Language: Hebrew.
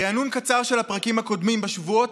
ריענון קצר של הפרקים הקודמים: בשבועות